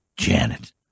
Janet